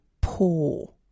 poor